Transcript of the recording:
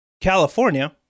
California